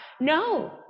No